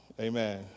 Amen